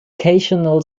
vocational